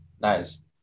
nice